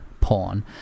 porn